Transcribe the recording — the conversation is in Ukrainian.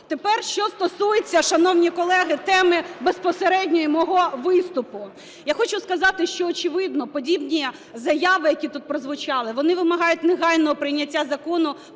Тепер що стосується, шановні колеги, теми безпосередньої мого виступу. Я хочу сказати, що, очевидно, подібні заяви, які тут прозвучали, вони вимагають негайного прийняття Закону